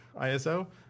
ISO